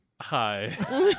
Hi